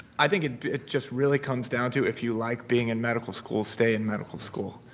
i think it just really comes down to if you like being in medical school stay in medical school.